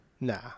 Nah